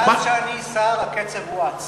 מאז שאני שר הקצב הואץ.